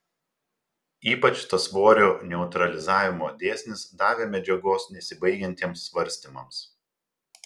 ypač tas svorio neutralizavimo dėsnis davė medžiagos nesibaigiantiems svarstymams